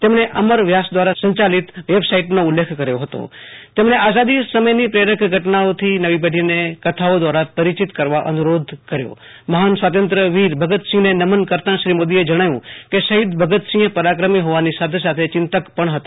તેમણે અમર વ્યાસ દ્વારા સંચાલિત વેબસાઇટનો ઉલ્લેખ કર્યો હતો તેમણે આઝાદી સમયની પ્રેરક ઘટનાઓથ નવી પેઢીને કથાઓ દ્રારા પરિચિત કરવા અનુ રોધ કર્યો મહાન સ્વાતંત્ર્ય વીર ભગતસિંહને નમન કરતા શ્રી મોદીએ જણાવ્યુ કે શહીદ ભગતસિંહ પરાક્રમી હોવાની સાથે સાથે ચિંતક પણ હતા